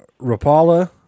Rapala